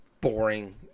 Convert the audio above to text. boring